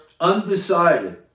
undecided